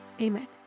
amen